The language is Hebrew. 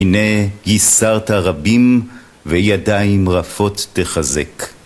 הנה ייסרת רבים וידיים רפות תחזק.